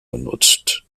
genutzt